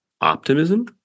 optimism